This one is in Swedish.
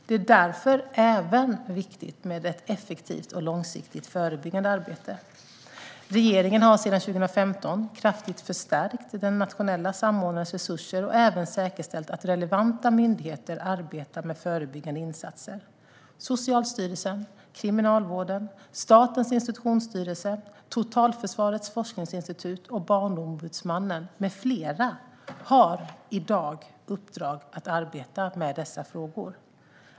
Det är därför även viktigt med ett effektivt och långsiktigt förebyggande arbete. Regeringen har sedan 2015 kraftigt förstärkt den nationella samordnarens resurser och även säkerställt att relevanta myndigheter arbetar med förebyggande insatser. Socialstyrelsen, Kriminalvården, Statens institutionsstyrelse, Totalförsvarets forskningsinstitut och Barnombudsmannen med flera har i dag i uppdrag att arbeta med dessa frågor.